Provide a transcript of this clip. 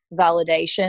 validation